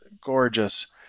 gorgeous